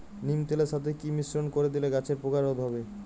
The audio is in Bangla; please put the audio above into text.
নিম তেলের সাথে কি মিশ্রণ করে দিলে গাছের পোকা রোধ হবে?